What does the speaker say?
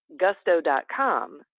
gusto.com